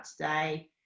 today